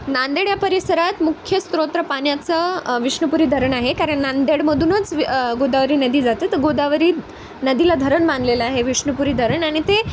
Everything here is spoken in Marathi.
नांदेड या परिसरात मुख्य स्तोत्र पाण्याचं विष्णुपुरी धरण आहे कारण नांदेडमधूनच वि गोदावरी नदी जातं तर गोदावरी नदीला धरण मानलेलं आहे विष्णुपुरी धरण आणि ते